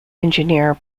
engineer